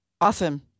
Awesome